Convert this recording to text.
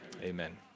Amen